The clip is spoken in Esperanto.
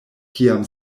kiam